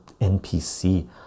NPC